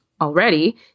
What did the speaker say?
already